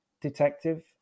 detective